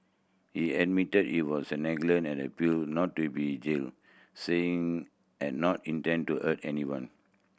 he admitted he was a negligent and pleaded not to be jailed saying had not intended to hurt anyone